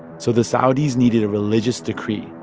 so the saudis needed a religious decree,